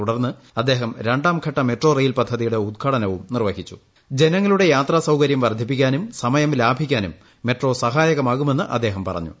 തുടർന്ന് അദ്ദേഹം രണ്ടാം ഘട്ട മെട്രോ റെയിൽ പദ്ധതിയുടെ ഉദ്ഘാടനവും നിർവ്വഹിച്ചു് ് ജന്ങളുടെ യാത്രാസൌകര്യം വർദ്ധിപ്പിക്കാനും സമയും ലാഭിക്കാനും മെട്രോ സഹായകമാകുമെന്ന് അദ്ദേഹം പറഞ്ഞു